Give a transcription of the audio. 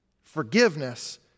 Forgiveness